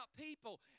people